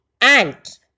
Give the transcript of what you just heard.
Ant